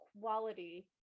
quality